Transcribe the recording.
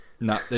No